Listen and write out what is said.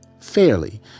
fairly